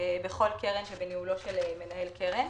בכל קרן שבניהולו של מנהל קרן.